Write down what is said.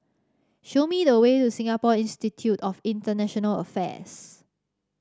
show me the way to Singapore Institute of International Affairs